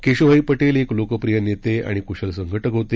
केशभाई पटेल एक लोकप्रिय नेते आणि क्शल संघटक होते